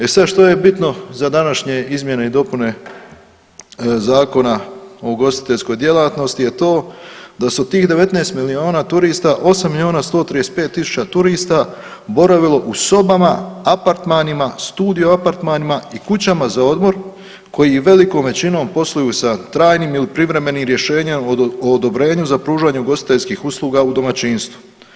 E sada što je bitno za današnje izmjene i dopune Zakona o ugostiteljskoj djelatnosti, je to da su od tih 19 milijuna turista 8 milijuna 135 tisuća turista boravilo u sobama, apartmanima, studio apartmanima i kućama za odmor koji velikom većinom posluju sa trajnim ili privremenim rješenjem o odobrenju za pružanje ugostiteljskih usluga u domaćinstvu.